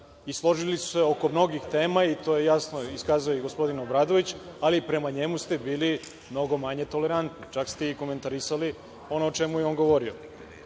i složili su se oko mnogih tema i to je jasno iskazao i gospodin Obradović, ali prema njemu ste bili mnogo manje tolerantni čak ste i komentarisali ono o čemu je on govorio.